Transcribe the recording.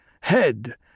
Head